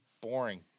boring